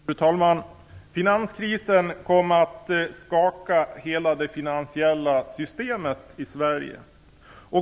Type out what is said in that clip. Fru talman! Finanskrisen kom att skaka hela det finansiella systemet i Sverige.